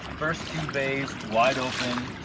first two bays, wide open,